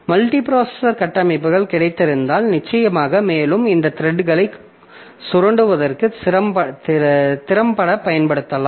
multiprocessor கட்டமைப்புகள் கிடைத்திருந்தால் நிச்சயமாக மேலும் இந்த த்ரெட்களை சுரண்டுவதற்கு திறம்பட பயன்படுத்தலாம்